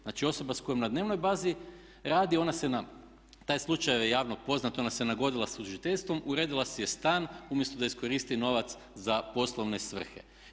Znači osoba s kojom na dnevnoj bazi radi ona se na, taj slučaj je javno poznat, ona se nagodila sa tužiteljstvom, uredila si je stan umjesto da iskoristi novac za poslovne svrhe.